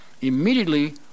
Immediately